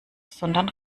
sondern